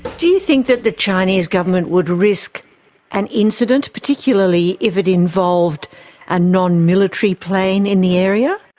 do you think that the chinese government would risk an incident, particularly if it involved a non-military plane in the area?